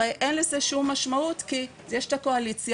הרי אין לזה שום משמעות כי יש את הקואליציה.